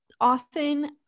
often